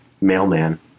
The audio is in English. mailman